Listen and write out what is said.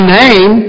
name